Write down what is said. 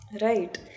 Right